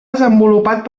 desenvolupat